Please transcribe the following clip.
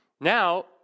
Now